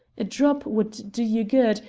a drop would do you good,